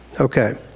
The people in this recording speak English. Okay